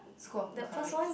school of economics